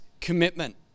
commitment